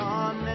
on